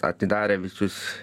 atidarė visus